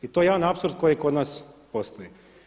I to je jedan apsurd koji kod nas postoji.